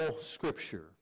Scripture